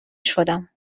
شدم